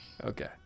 Okay